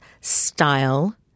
style